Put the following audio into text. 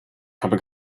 habe